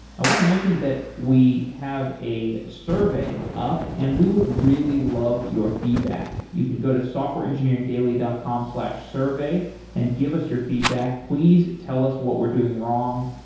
i want to mention that we have a survey up and we would really love your feedback. you can go to softwareengineeringdaily dot com slash survey and give us your feedback. please tell us what we're doing wrong,